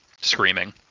screaming